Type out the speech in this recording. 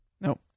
No